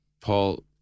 Paul